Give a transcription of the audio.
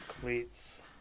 cleats